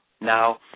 now